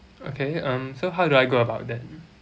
okay um so how do I go about that